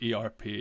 ERP